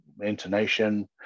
intonation